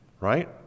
Right